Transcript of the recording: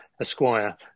Esquire